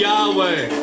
Yahweh